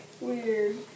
weird